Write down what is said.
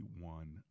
one